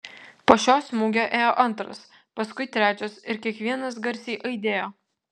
po šio smūgio ėjo antras paskui trečias ir kiekvienas garsiai aidėjo